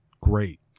Great